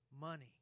money